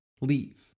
leave